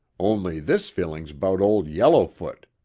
only this feeling's about old yellowfoot.